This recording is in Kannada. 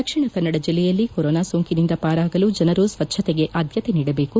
ದಕ್ಷಿಣ ಕನ್ನಡ ಜಿಲ್ಲೆಯಲ್ಲಿ ಕೊರೋನಾ ಸೋಂಕಿನಿಂದ ಪಾರಾಗಲು ಜನರು ಸ್ವಚ್ವತೆಗೆ ಆದ್ಯತೆ ನೀಡಬೇಕು